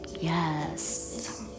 yes